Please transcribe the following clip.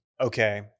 okay